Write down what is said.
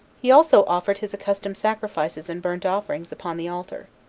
he also offered his accustomed sacrifices and burnt offerings upon the altar.